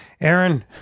Aaron